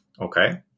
Okay